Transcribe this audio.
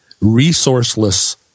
resourceless